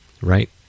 right